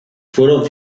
fueron